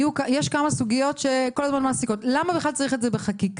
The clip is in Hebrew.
יש כמה סוגיות שכל הזמן מעסיקות: למה בכלל צריך את זה בחקיקה?